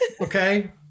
Okay